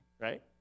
right